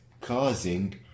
causing